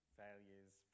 failures